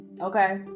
Okay